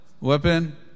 weapon